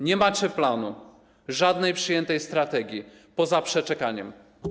Nie macie planu, żadnej przyjętej strategii, poza przeczekaniem.